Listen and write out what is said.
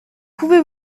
pouvez